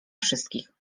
wszystkich